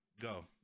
Go